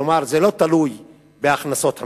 כלומר, זה לא תלוי בהכנסות המשפחה.